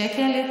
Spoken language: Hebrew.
שקל?